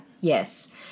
Yes